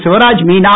Shivraj Meena